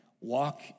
walk